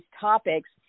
topics